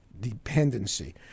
dependency